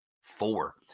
Four